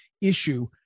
issue